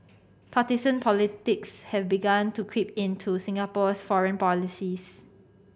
partisan politics has begun to creep into Singapore's foreign policies